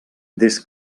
des